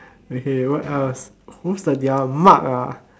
okay what else who's the that one Mark ah